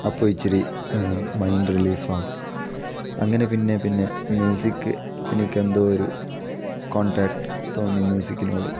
അപ്പോൾ ഇച്ചിരി mind relief ആവും അങ്ങനെ പിന്നെ പിന്നെ മ്യൂസിക് എനിക്കെന്തോ ഒരു കോണ്ടാക്ട് തോന്നി മ്യൂസിക്കിനോട്